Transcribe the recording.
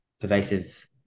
pervasive